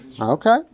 Okay